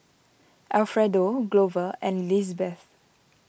Alfredo Glover and Lizbeth